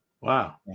Wow